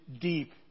deep